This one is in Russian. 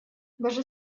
даже